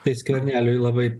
tai skverneliui labai